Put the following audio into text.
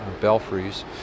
belfries